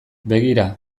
begira